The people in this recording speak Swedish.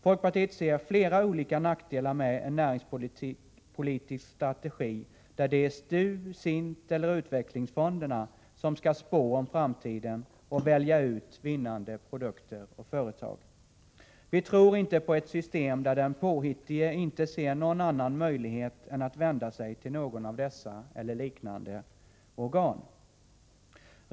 Folkpartiet ser flera olika nackdelar med en näringspolitisk strategi där det är STU, SIND eller utvecklingsfonderna som skall spå om framtiden och välja ut vinnande produkter och företag. Vi tror inte på ett system där den påhittige inte ser någon annan möjlighet än att vända sig till något av dessa eller liknande organ.